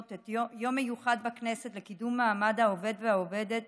יום מיוחד לקידום מעמד העובד והעובדת